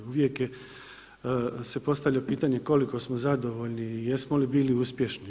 Uvijek se postavlja pitanje koliko smo zadovoljni i jesmo li bili uspješni.